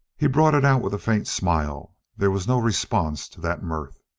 he brought it out with a faint smile there was no response to that mirth.